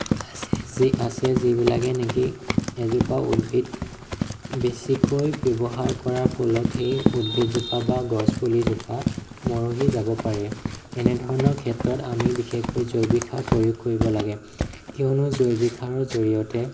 আছে যি আছে যিবিলাকে নেকি এজোপা উদ্ভিদ বেছিকৈ ব্যৱহাৰ কৰাৰ ফলত সেই উদ্ভিদজোপা বা গছ পুলিজোপা মৰহি যাব পাৰে এনেধৰণৰ ক্ষেত্ৰত আমি বিশেষকৈ জৈৱিক সাৰ প্ৰয়োগ কৰিব লাগে কিয়নো জৈৱিক সাৰৰ জৰিয়তে